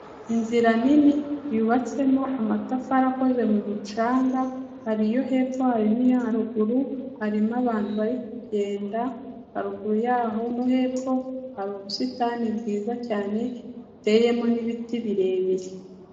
Inzira nini yubatsemo amatafari akozwe mu mucanga, hari iyo hepfo hari n'iyo haruguru harimo abantu bari kugenda, haruguru yaho no hepfo hari ubusitani bwiza cyane buteyemo n'ibiti birebire.